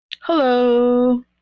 Hello